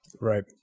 Right